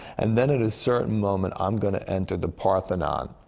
and then at a certain moment, i'm gonna enter the parthenon,